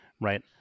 right